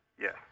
yes